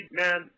man